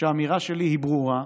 האמירה שלי ברורה,